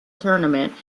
tournament